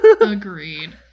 agreed